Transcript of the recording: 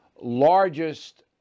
largest